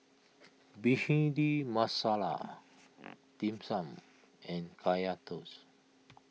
Bhindi Masala Dim Sum and Kaya Toast